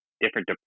different